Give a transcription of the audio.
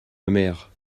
mamère